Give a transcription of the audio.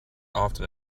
often